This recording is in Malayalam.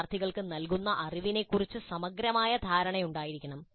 വിദ്യാർത്ഥികൾക്ക് നൽകുന്ന അറിവിനെക്കുറിച്ച് സമഗ്രമായ ധാരണ ഉണ്ടായിരിക്കണം